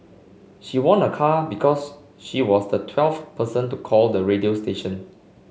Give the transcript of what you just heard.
she won a car because she was the twelfth person to call the radio station